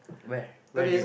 where where did you